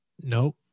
Nope